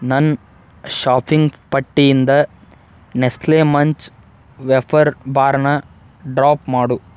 ನನ್ನ ಶಾಪಿಂಗ್ ಪಟ್ಟಿಯಿಂದ Nestle Munch wafer ಬಾರ್ನ ಡ್ರಾಪ್ ಮಾಡು